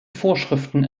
vorschriften